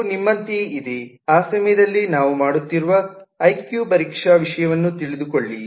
ಇದು ನಿಮ್ಮಂತೆಯೇ ಇದೆ ಆ ಸಮಯದಲ್ಲಿ ನಾವು ಮಾಡುತ್ತಿರುವ ಐಕ್ಯೂ ಪರೀಕ್ಷಾ ವಿಷಯವನ್ನು ತಿಳಿದುಕೊಳ್ಳಿ